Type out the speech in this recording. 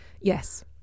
Yes